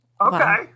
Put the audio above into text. Okay